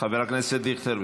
חבר הכנסת דיכטר.